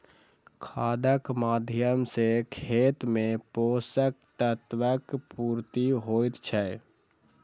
खादक माध्यम सॅ खेत मे पोषक तत्वक पूर्ति होइत छै